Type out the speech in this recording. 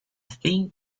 thing